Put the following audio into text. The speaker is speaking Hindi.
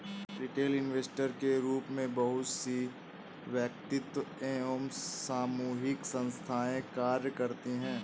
रिटेल इन्वेस्टर के रूप में बहुत सी वैयक्तिक एवं सामूहिक संस्थाएं कार्य करती हैं